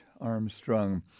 Armstrong